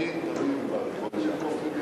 תמיד תמיד דיברתי,